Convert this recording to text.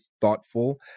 thoughtful